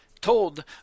Told